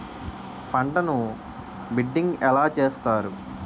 పంటను బిడ్డింగ్ ఎలా చేస్తారు?